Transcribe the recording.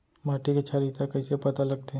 माटी के क्षारीयता कइसे पता लगथे?